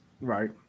Right